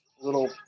little